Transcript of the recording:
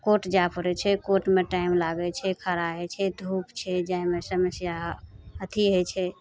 court जाए पड़ै छै कोर्टमे टाइम लागै छै खड़ा होइ छै धूप छै जाइमे समस्या अथी होइ छै